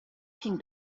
king